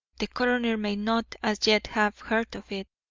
the coroner may not as yet have heard of it.